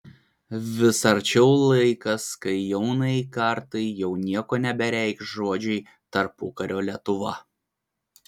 vis arčiau laikas kai jaunajai kartai jau nieko nebereikš žodžiai tarpukario lietuva